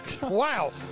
Wow